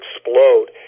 explode